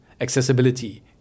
accessibility